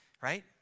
Right